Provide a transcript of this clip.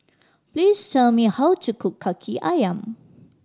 please tell me how to cook Kaki Ayam